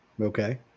Okay